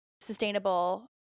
sustainable